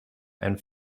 and